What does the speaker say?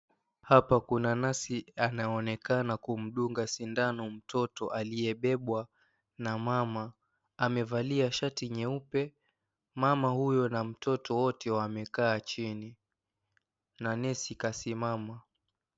Hapa kuna nesi anayeonekana kumndunga sindano mtoto aliyebebwa na mama, amevalia shati nyeupe. Mama huyo na mtoto wote wamekaa chini na nesi kasimama.